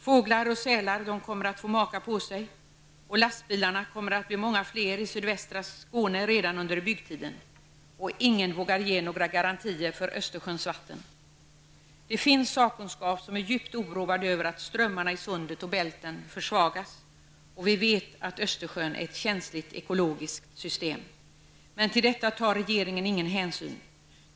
Fåglar och sälar kommer att få maka på sig, och lastbilarna kommer att bli många fler i sydvästra Skåne redan under byggtiden. Ingen vågar heller ge några garantier för Östersjöns vatten. Det finns sakkunniga som är djupt oroade över att strömmarna i sundet och i Bälten försvagas, och vi vet att Östersjön är ett känsligt ekologiskt system. Men till detta tar regeringen ingen hänsyn.